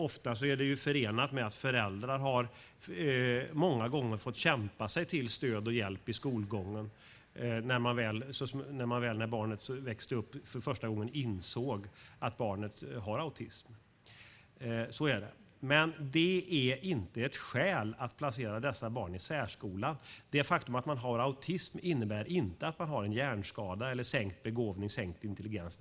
Ofta är det förenat med att föräldrar har fått kämpa sig till stöd och hjälp i skolgången när de, då barnet växt upp, för första gången insett att barnet har autism. Det är emellertid inte ett skäl att placera dessa barn i särskola. Det faktum att man har autism innebär inte att man har en hjärnskada eller sänkt begåvning, sänkt intelligens.